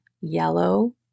yellow